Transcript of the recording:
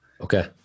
Okay